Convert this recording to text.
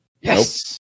yes